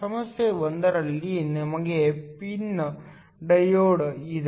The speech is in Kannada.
ಸಮಸ್ಯೆ 1 ರಲ್ಲಿ ನಮಗೆ ಪಿನ್ ಡಯೋಡ್ ಇದೆ